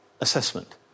assessment